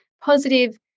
positive